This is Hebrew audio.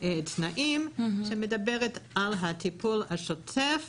תנאים שמדברת על הטיפול השוטף.